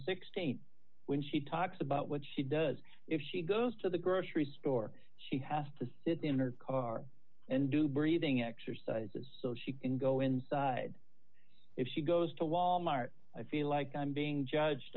sixteen when she talks about what she does if she goes to the grocery store she has to sit in her car and do breathing exercises so she can go in if she goes to walmart i feel like i'm being judged